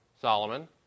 Solomon